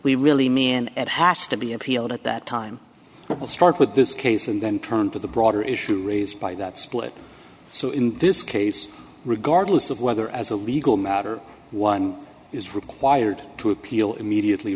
we really mean it has to be appealed at that time i'll start with this case and then turn to the broader issue raised by that split so in this case regardless of whether as a legal matter one is required to appeal immediately